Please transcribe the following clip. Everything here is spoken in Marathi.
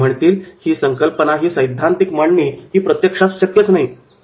ते म्हणतील की 'ही संकल्पना ही सैद्धांतिक मांडणी ही प्रत्यक्षात शक्यच नाही'